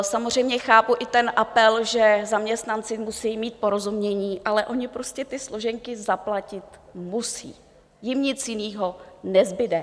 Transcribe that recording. Samozřejmě chápu i ten apel, že zaměstnanci musejí mít porozumění, ale oni prostě ty složenky zaplatit musí, jim nic jiného nezbude.